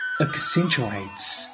accentuates